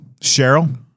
Cheryl